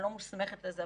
אני לא מוסמכת לזה,